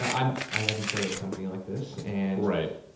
um um i haven't started a company like this, and